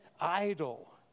idol